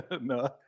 no